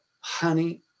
honey